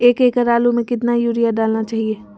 एक एकड़ आलु में कितना युरिया डालना चाहिए?